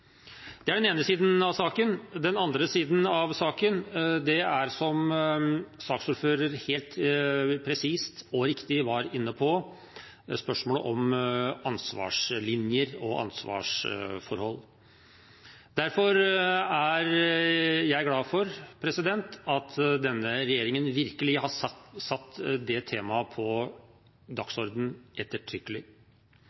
Det er den ene siden av saken. Den andre siden av saken er, som saksordføreren helt presist og riktig var inne på, spørsmålet om ansvarslinjer og ansvarsforhold. Derfor er jeg glad for at denne regjeringen ettertrykkelig har satt det temaet på